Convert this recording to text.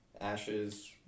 ashes